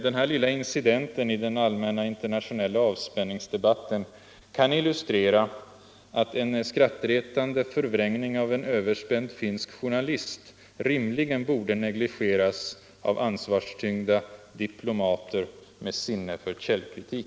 Den här lilla incidenten i den allmänna internationella avspänningsdebatten kan illustrera att en skrattretande förvrängning av en överspänd finsk journalist rimligen borde negligeras av ansvarstyngda diplomater med sinne för källkritik.